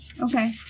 Okay